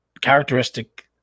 characteristic